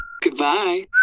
Goodbye